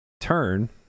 turn